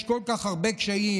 יש כל כך הרבה קשיים,